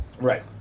Right